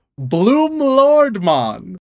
Bloomlordmon